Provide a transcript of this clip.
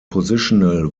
positional